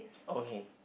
okay